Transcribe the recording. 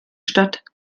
stadt